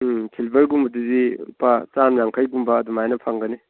ꯎꯝ ꯁꯤꯜꯚꯔꯒꯨꯝꯕꯗꯨꯗꯤ ꯂꯨꯄꯥ ꯆꯥꯃ ꯌꯥꯡꯈꯩꯒꯨꯝꯕ ꯑꯗꯨꯃꯥꯏꯅ ꯐꯪꯒꯅꯤ